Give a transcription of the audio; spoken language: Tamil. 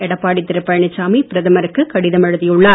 எடப்பாடி பழனிசாமி பிரதமருக்கு கடிதம் எழுதி உள்ளார்